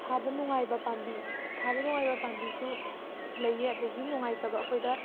ꯊꯥꯕ ꯅꯨꯡꯉꯥꯏꯕ ꯄꯥꯝꯕꯤ ꯊꯥꯕ ꯅꯨꯡꯉꯥꯏꯕ ꯄꯥꯝꯕꯤꯁꯨ ꯂꯩꯌꯦ ꯑꯗꯒꯤ ꯅꯨꯡꯉꯥꯏꯇꯕ ꯑꯩꯈꯣꯏꯗ